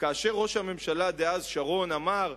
וכאשר ראש הממשלה דאז שרון אמר: